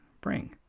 bring